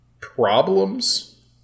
problems